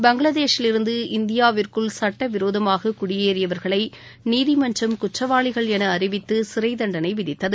பங்களாதேஷிலிருந்து இந்தியாவிற்குள் சட்டவிரோதமாக குடியேறியவா்களை நீதிமன்றம் குற்றவாளிகள் என அறிவித்து சிறை தண்டனை விதித்தது